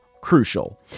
crucial